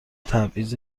تبعیض